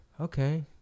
okay